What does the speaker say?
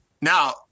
Now